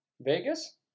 Vegas